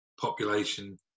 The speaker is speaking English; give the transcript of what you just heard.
population